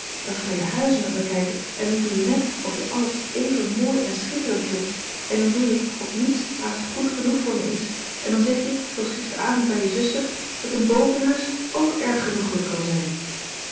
dan ga je huizen met me kijken en dan doe je net of je alles even mooi en schitterend vindt en dan doe je of niets haast goed genoeg voor me is en dan zeg je zooals gisteravond bij je zuster dat een bovenhuis ook erg genoegelijk kan zijn